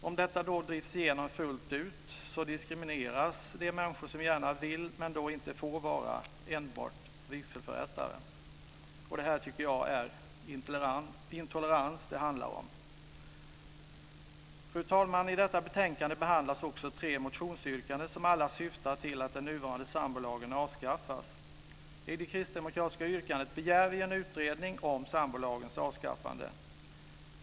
Om detta drivs igenom fullt ut diskrimineras de människor som gärna vill men då inte får vara enbart vigselförrättare. Det handlar om intolerans! Fru talman! I betänkandet behandlas också tre motionsyrkanden som alla syftar till att den nuvarande sambolagen avskaffas. I det kristdemokratiska yrkandet begär vi en utredning om sambolagens avskaffande.